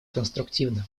конструктивным